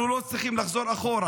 אנחנו לא צריכים לחזור אחורה.